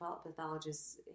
pathologists